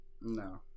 No